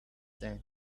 tank